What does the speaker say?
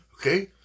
Okay